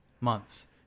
Months